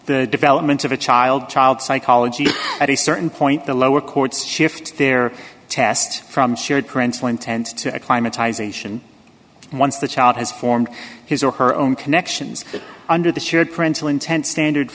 the development of a child child psychology at a certain point the lower courts shift their test from shared parental intent to a climatized ation once the child has formed his or her own connections under the shared parental intent standard